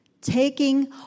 taking